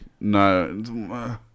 No